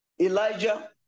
Elijah